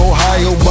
Ohio